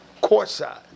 courtside